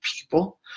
people